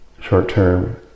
short-term